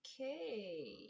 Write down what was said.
Okay